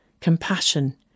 compassion